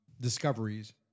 discoveries